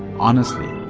honestly,